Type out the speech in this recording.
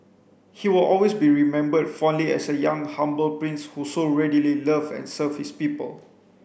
he will always be remembered fondly as a young humble prince who so readily loved and served his people